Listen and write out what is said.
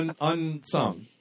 unsung